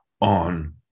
on